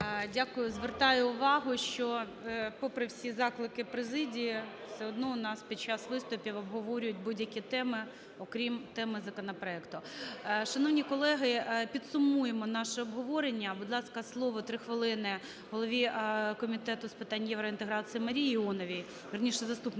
Дякую. Звертаю увагу, що попри всі заклики президії все одно у нас під час виступів обговорюють будь-які теми, окрім теми законопроекту. Шановні колеги, підсумуємо наше обговорення. Будь ласка, слово, 3 хвилини голові Комітету з питань євроінтеграції Марії Іоновій. Вірніше, заступнику